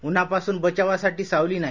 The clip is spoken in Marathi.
उन्हापासून बचावासाठी सावली नाही